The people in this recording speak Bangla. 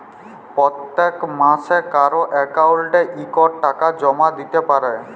পত্তেক মাসে ক্যরে যে অক্কাউল্টে ইকট টাকা জমা দ্যিতে পারে